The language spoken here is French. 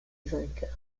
vainqueur